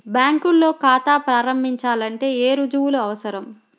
బ్యాంకులో ఖాతా ప్రారంభించాలంటే ఏ రుజువులు అవసరం?